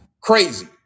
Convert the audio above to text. crazy